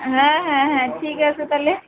হ্যাঁ হ্যাঁ হ্যাঁ ঠিক আছে তাহলে